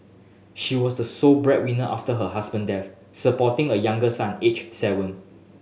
she was the sole breadwinner after her husband death supporting a younger son aged seven